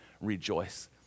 rejoice